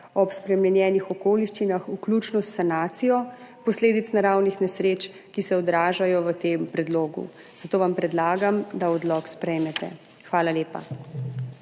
ob spremenjenih okoliščinah, vključno s sanacijo posledic naravnih nesreč, ki se odražajo v tem predlogu. Zato vam predlagam, da odlok sprejmete. Hvala lepa.